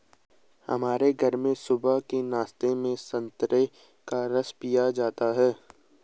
हमारे घर में सुबह के नाश्ते में संतरे का रस पिया जाता है